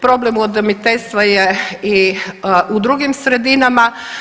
Problem udomiteljstva je i u drugim sredinama.